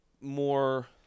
more